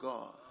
God